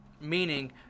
meaning